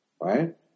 right